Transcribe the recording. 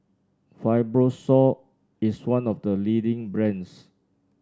Fibrosol is one of the leading brands